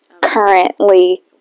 currently